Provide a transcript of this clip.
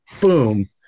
boom